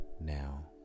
Now